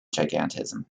gigantism